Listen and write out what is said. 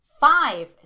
Five